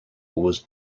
was